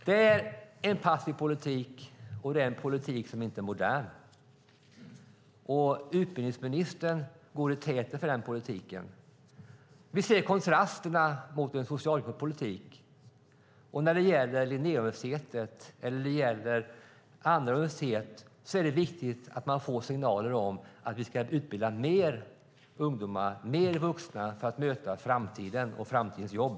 Det är en passiv politik, och det är en politik som inte är modern. Utbildningsministern går i täten för den politiken. Vi ser kontrasterna mot en socialdemokratisk politik. När det gäller Linnéuniversitetet eller när det gäller andra universitet är det viktigt att man får signaler om att vi ska utbilda fler ungdomar och fler vuxna för att möta framtiden och framtidens jobb.